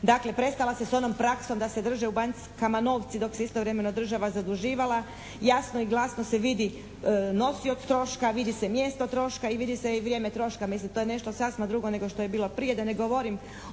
Dakle, prestalo se sa onom praksom da se drže u bankama novci dok se istovremeno država zaduživala. Jasno i glasno se vidi nosioc troška, vidi se mjesto troška i vidi se i vrijeme troška. Mislim, to je nešto sasma drugo nego što je bilo prije. Da ne govorim